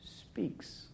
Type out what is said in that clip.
speaks